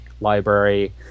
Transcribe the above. library